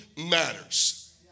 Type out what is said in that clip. Matters